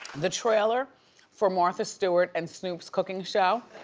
the trailer for martha stewart and snoop's cooking show